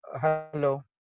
Hello